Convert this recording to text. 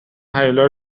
هیولا